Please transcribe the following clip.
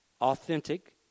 authentic